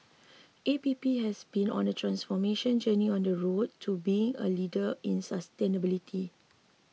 A P P has been on a transformation journey on the road to being a leader in sustainability